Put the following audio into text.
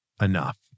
enough